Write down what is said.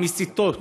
המסיתות,